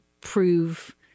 prove